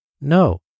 No